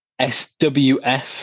SWF